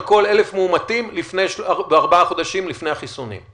כל 1,000 מאומתים בארבעה חודשים לפני החיסונים?